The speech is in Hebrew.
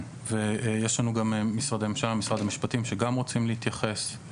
יש לנו גם משרדי ממשלה משרד המשפטים שגם רוצים להתייחס.